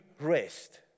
rest